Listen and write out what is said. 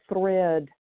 thread